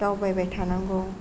दावबायबाय थानांगौ